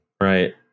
right